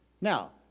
Now